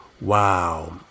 wow